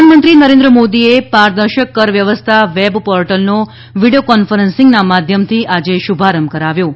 પ્રધાનમંત્રી નરેન્દ્ર મોદીએ પારદર્શક કર વ્યવસ્થા વેબ પોર્ટેલનો વીડિયો કોન્ફરન્સિંગના માધ્યમથી આજે શુભારંભ કરાવ્યો છે